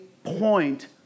Point